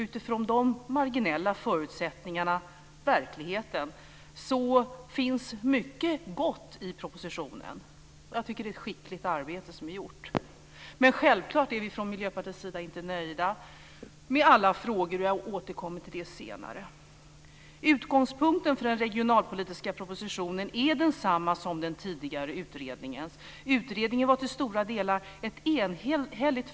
Utifrån dessa marginella förutsättningar, verkligheten, finns mycket gott i propositionen. Jag tycker att det är ett skickligt arbete som har gjorts. Men självklart är vi från Miljöpartiets sida inte nöjda med alla frågor, och jag återkommer till det senare. Utgångspunkten för den regionalpolitiska propositionen är densamma som den tidigare utredningens. Utredningens förslag var till stora delar enhälligt.